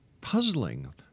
puzzling